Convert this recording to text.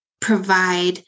provide